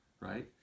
right